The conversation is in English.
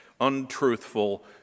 untruthful